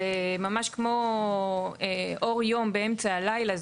זה ממש כמו אור יום באמצע הלילה.